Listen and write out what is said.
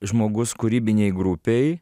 žmogus kūrybinėj grupėj